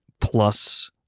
plus